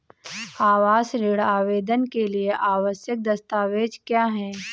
आवास ऋण आवेदन के लिए आवश्यक दस्तावेज़ क्या हैं?